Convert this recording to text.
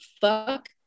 Fuck